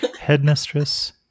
Headmistress